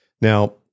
Now